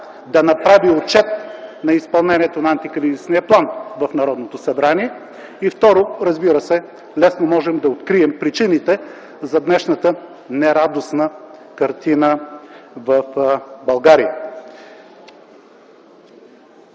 да направи отчет на изпълнението на Антикризисния план в Народното събрание, и второ, лесно можем да открием причините за днешната нерадостна картина в България.